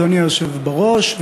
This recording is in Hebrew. אדוני היושב בראש,